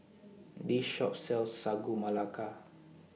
This Shop sells Sagu Melaka